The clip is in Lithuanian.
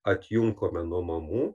atjunkome nuo mamų